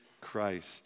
Christ